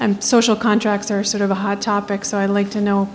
and social contracts are sort of a hot topic so i'd like to know